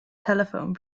telephone